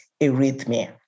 arrhythmia